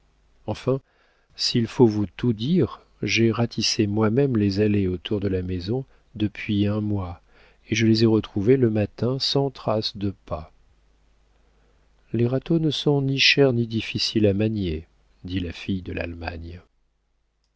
enfin s'il faut vous tout dire j'ai ratissé moi-même les allées autour de la maison depuis un mois et je les ai retrouvées le matin sans traces de pas les râteaux ne sont ni chers ni difficiles à manier dit la fille de l'allemagne